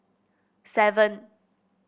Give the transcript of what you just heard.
seven